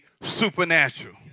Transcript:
supernatural